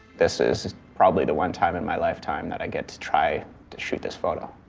this is probably the one time in my lifetime that i get to try to shoot this photo.